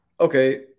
okay